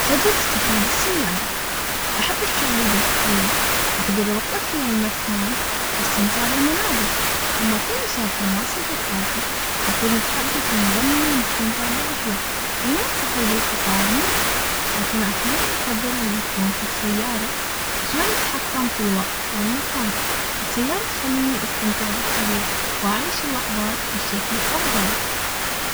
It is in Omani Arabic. أفضل السفر بالسيارة، أحب الشعور بالحرية، و أقدر أوقف في أي مكان و أستمتع بالمناظر لما أكون مسافرة مع صديقاتي. نقدر نتحدث و نغني و نستمتع بالرحلة بنوع السفر بالقطار مريح. لكن أحيانا أفضل أن أكون في السيارة عشان أتحكم في الوقت والمكان.